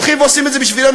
הולכים ועושים את זה בשבילנו,